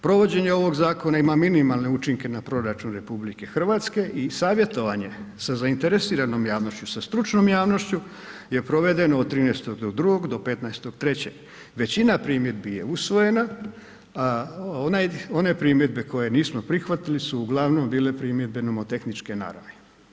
Provođenje ovog zakona ima minimalne učinke na proračun RH i savjetovanje sa zainteresiranom javnošću, sa stručnom javnošću je provedeno od 13.2. do 15.3., većina primjedbi je usvojena, onaj, one primjedbe koje nismo prihvatili su uglavnom bile primjedbe nomotehničke naravi.